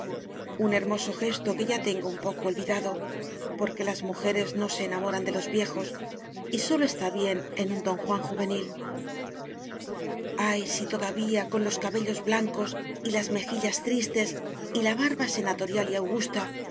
un hermoso ges to que ya tengo un poco olvidado porque las mujeres no se enamoran de los viejos y sólo está bien en un don juan juvenil ay si to davía con los cabellos blancos y las mejillas tristes y la barba senatorial y augusta